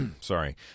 sorry